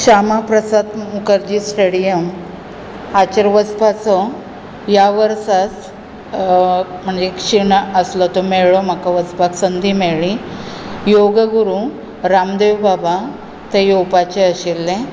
Shama Prasad Mukherjee stadium हाचेर वचपाचो ह्या वर्साच म्हणजे शीण आसलो तो मेळ्ळो म्हाका वचपाक संदी मेळ्ळी योग गुरू रामदेव बाबा थंय येवपाचे आशिल्ले